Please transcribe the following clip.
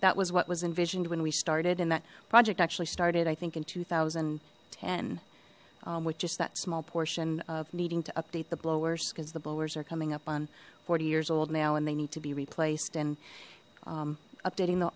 that was what was envisioned when we started and that project actually started i think in two thousand and ten with just that small portion of needing to update the blower's because the blower's are coming up on forty years old now and they need to be replaced and updating the